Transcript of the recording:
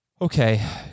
Okay